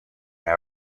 hour